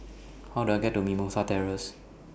How Do I get to Mimosa Terrace